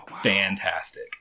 fantastic